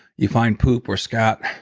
you find poop or scat